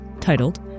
titled